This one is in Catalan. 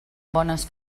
bones